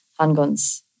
handguns